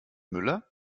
müller